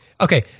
Okay